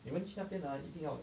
你们去那边啊一定要